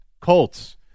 Colts